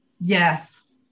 Yes